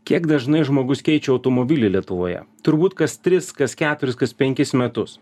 kiek dažnai žmogus keičia automobilį lietuvoje turbūt kas tris kas keturis kas penkis metus